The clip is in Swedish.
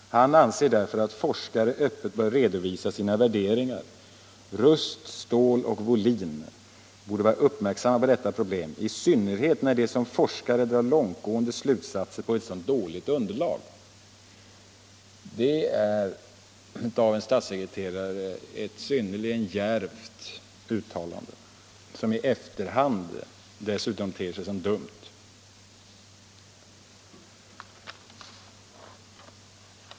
Han anser därför att forskarna öppet bör redovisa sina värderingar. Ruist, Ståhl och Wohlin borde vara uppmärksamma på detta problem, i synnerhet när de som forskare drar långtgående slutsatser på ett så dåligt underlag.” Detta är, dagens statssekreterare, ett synnerligen djärvt uttalande, som nu i efterhand dessutom ter sig som dumt!